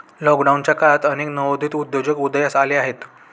लॉकडाऊनच्या काळात अनेक नवोदित उद्योजक उदयास आले आहेत